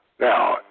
now